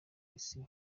isi